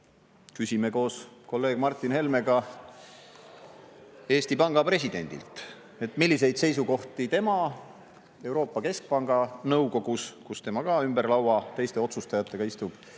küsime koos kolleeg Martin Helmega Eesti Panga presidendilt, milliseid seisukohti tema Euroopa Keskpanga nõukogus, kus ka tema koos teiste otsustajatega ümber